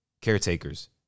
caretakers